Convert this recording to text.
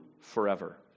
forever